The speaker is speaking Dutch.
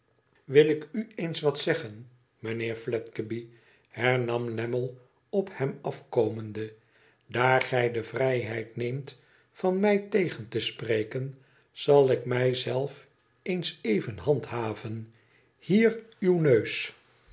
wil ik u eens wat zeggen mijnheer fledgeby hernam lammie op hem afkomende tdaar gij de vrijheid neemt van mij tegen te spreken zal ik mij zelf eens even handhaven hier uw neus